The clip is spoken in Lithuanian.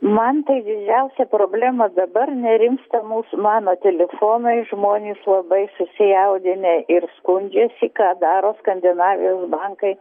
man tai didžiausia problema dabar nerimsta mūs mano tilifonai žmonys labai susijaudinę ir skundžiasi ką daro skandinavijos bankai